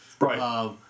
Right